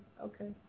Okay